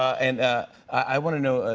and i want to know,